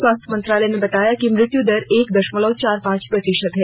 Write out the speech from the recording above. स्वास्थ्य मंत्रालय ने बताया है कि मृत्य दर एक दशमलव चार पांच प्रतिशत है